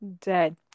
Dead